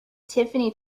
tiffany